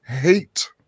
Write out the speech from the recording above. hate